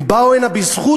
הם באו הנה בזכות,